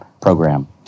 program